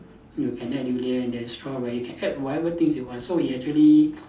you can add durian then strawberry you can add whatever things you want so it actually